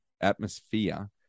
atmosphere